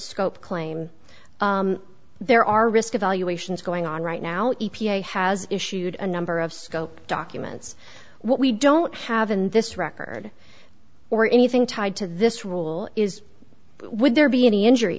scope claim there are risk evaluations going on right now e p a has issued a number of scope documents what we don't have in this record or anything tied to this rule is would there be any injury